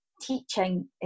teaching